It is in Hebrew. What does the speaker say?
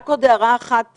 רק עוד הערה אחת,